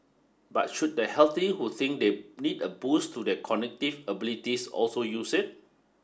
but should the healthy who think they need a boost to their cognitive abilities also use it